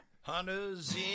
Hunters